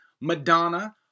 Madonna